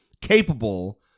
capable